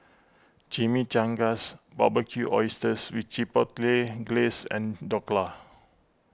Chimichangas Barbecued Oysters with Chipotle Glaze and Dhokla